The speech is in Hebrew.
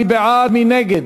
מי בעד, מי נגד?